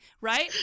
right